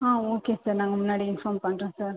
ஆ okay sir நாங்கள் முன்னாடியே inform பண்ணுறோம் சார்